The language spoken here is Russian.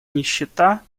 нищета